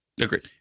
Agreed